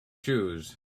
shoes